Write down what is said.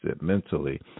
mentally